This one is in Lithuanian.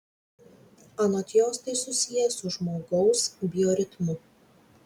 anot jos tai susiję su žmogaus bioritmu